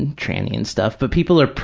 and tranny and stuff, but people are,